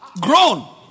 Grown